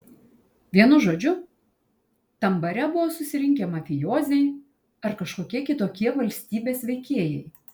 vienu žodžiu tam bare buvo susirinkę mafijoziai ar kažkokie kitokie valstybės veikėjai